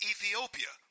Ethiopia